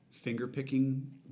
finger-picking